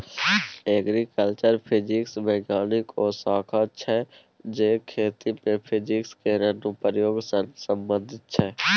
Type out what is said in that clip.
agriculture physics बिज्ञानक ओ शाखा छै जे खेती मे फिजिक्स केर अनुप्रयोग सँ संबंधित छै